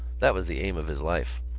that was the aim of his life.